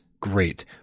great